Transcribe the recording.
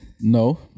No